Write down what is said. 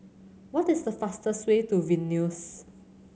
what is the fastest way to Vilnius